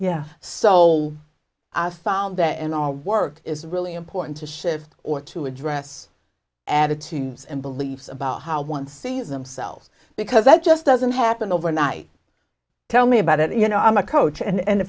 yeah so i found that in our work is really important to shift or to address attitudes and beliefs about how one sees themselves because that just doesn't happen overnight tell me about it you know i'm a coach and